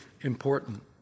important